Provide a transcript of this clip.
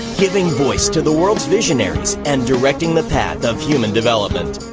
giving voice to the world's visionaries and directing the path of human development.